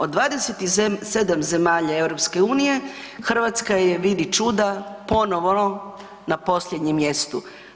Od 27 zemalja EU, Hrvatska je, vidi čuda, ponovno na posljednjem mjestu.